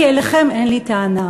כי אליכם אין לי טענה.